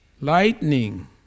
Lightning